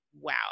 wow